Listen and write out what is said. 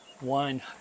wine